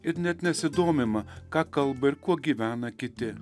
ir net nesidomima ką kalba ir kuo gyvena kiti